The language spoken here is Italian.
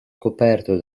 coperto